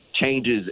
changes